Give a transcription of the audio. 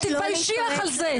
תתביישי לך על זה.